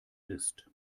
ist